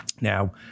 Now